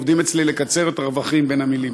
עובדים אצלי כדי לקצר את הרווחים בין המילים.